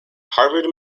harvard